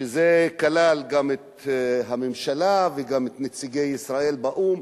שזה כלל גם את הממשלה וגם את נציגי ישראל באו"ם,